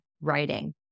writing